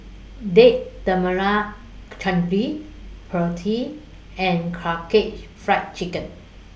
Date Tamarind Chutney Pretzel and Karaage Fried Chicken